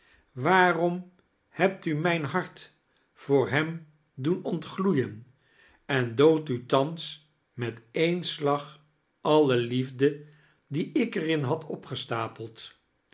waarom hebt u mijn hart voor hem doen ontgloeien en doodt u thans met een slag alle liefde die ik er in had opgestapeld